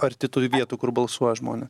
arti toj vietų kur balsuoja žmonės